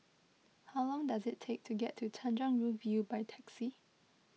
how long does it take to get to Tanjong Rhu View by taxi